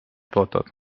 fotod